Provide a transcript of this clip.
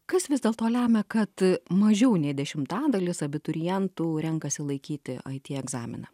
kas vis dėlto lemia kad mažiau nei dešimtadalis abiturientų renkasi laikyti it egzaminą